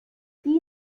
die